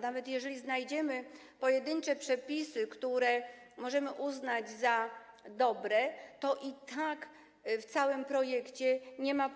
Nawet jeżeli znajdziemy pojedyncze przepisy, które możemy uznać za dobre, to i tak w całym projekcie nie ma